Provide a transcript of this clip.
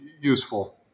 useful